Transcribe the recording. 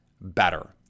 better